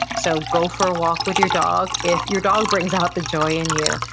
so, go for a walk with your dog, if your dog brings out the joy in you.